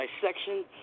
dissection